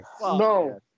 No